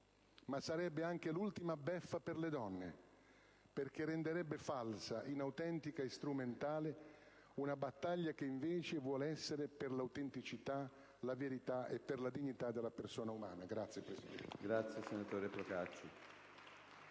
Ma sarebbe anche l'ultima beffa per le donne, perché renderebbe falsa, inautentica e strumentale una battaglia che invece vuole essere per l'autenticità, la verità e per la dignità della persona umana. *(Applausi